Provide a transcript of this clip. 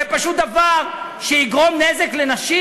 זה פשוט דבר שיגרום נזק לנשים,